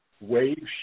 wave